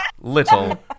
little